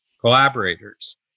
collaborators